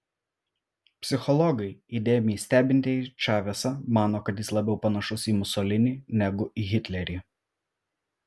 psichologai įdėmiai stebintieji čavesą mano kad jis labiau panašus į musolinį negu į hitlerį